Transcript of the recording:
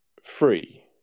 Free